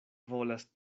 volas